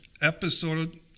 episode